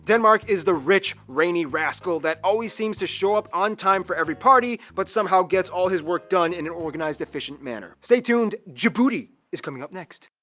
denmark is the rich, rainy rascal that always seems to show up on time for every party, but somehow gets all his work done in an organized efficient manner. stay tuned djibouti, is coming up next.